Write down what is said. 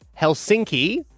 Helsinki